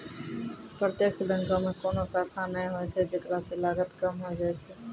प्रत्यक्ष बैंको मे कोनो शाखा नै होय छै जेकरा से लागत कम होय जाय छै